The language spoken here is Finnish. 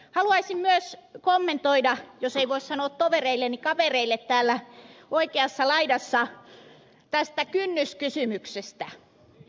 haluaisin myös kommentoida jos ei voi sanoa tovereille niin kavereille täällä oikeassa laidassa tästä kynnyskysymystä